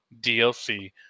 dlc